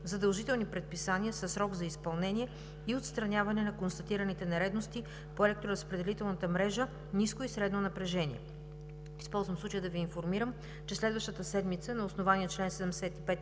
задължителни предписания със срок за изпълнение и отстраняване на констатираните нередности по електроразпределителната мрежа – ниско и средно напрежение. Използвам случая да Ви информирам, че следващата седмица на основание чл. 75,